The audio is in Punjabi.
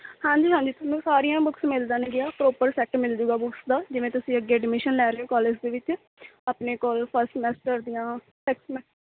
ਹਾਂਜੀ ਹਾਂਜੀ ਤੁਹਾਨੂੰ ਸਾਰੀਆਂ ਬੁੱਕਸ ਮਿਲ ਜਾਣਗੀਆਂ ਪ੍ਰੋਪਰ ਸੈੱਟ ਮਿਲਜੂਗਾ ਬੁੱਕਸ ਦਾ ਜਿਵੇਂ ਤੁਸੀਂ ਅੱਗੇ ਐਡਮਿਸ਼ਨ ਲੈ ਰਹੇ ਓਂ ਕੋਲੇਜ ਦੇ ਵਿੱਚ ਆਪਣੇ ਕੋਲ ਫਰਸਟ ਸਮੈਸਟਰ ਦੀਆਂ